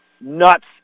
nuts